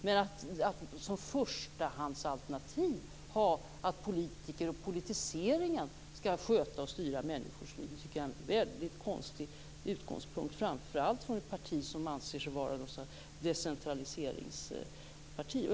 Men att ha som förstahandsalternativ att politiker och politiseringen skall sköta och styra människors liv tycker jag är en mycket konstig utgångspunkt, framför allt från ett parti som anser sig vara ett decentraliseringsparti.